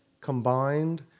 combined